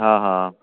ਹਾਂ ਹਾਂ